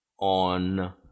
on